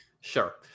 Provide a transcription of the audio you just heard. Sure